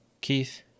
Keith